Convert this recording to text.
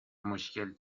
مشکل